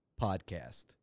podcast